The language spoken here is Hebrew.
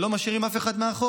שלא משאירים אף אחד מאחור,